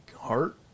heart